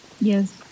Yes